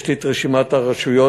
יש לי רשימת הרשויות,